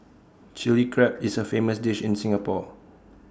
Chilli Crab is A famous dish in Singapore